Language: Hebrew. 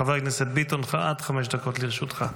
חבר הכנסת ביטון, עד חמש דקות לרשותך.